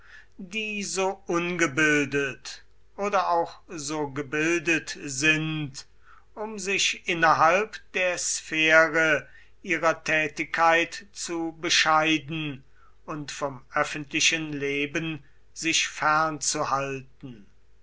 die so ungebildet oder auch so gebildet sind um sich innerhalb der sphäre ihrer tätigkeit zu bescheiden und vom öffentlichen leben sich